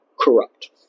corrupt